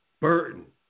Burton